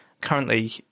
currently